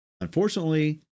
Unfortunately